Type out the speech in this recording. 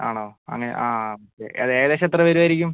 ആണോ ഏകദേശം എത്രവരുവായിരിക്കും